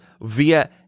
via –